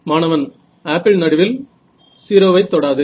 மாணவன் ஆப்பிள் நடுவில் 0 வை தொடாது